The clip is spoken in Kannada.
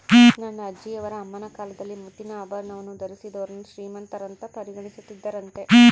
ನನ್ನ ಅಜ್ಜಿಯವರ ಅಮ್ಮನ ಕಾಲದಲ್ಲಿ ಮುತ್ತಿನ ಆಭರಣವನ್ನು ಧರಿಸಿದೋರ್ನ ಶ್ರೀಮಂತರಂತ ಪರಿಗಣಿಸುತ್ತಿದ್ದರಂತೆ